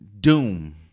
doom